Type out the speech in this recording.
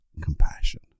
compassion